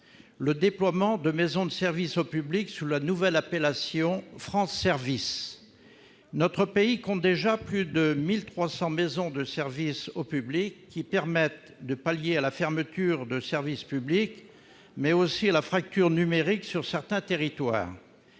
le déploiement de maisons de services au public sous la nouvelle appellation « France service ». Notre pays compte déjà plus de 1 300 maisons de services au public qui permettent non seulement de pallier la fermeture de services publics, mais aussi la fracture numérique dans certains territoires.